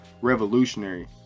revolutionary